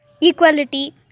equality